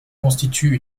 constitue